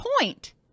point